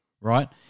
right